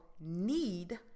need